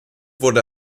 wurde